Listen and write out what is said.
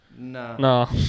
No